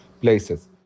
places